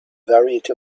variety